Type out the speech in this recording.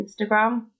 Instagram